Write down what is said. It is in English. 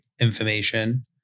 information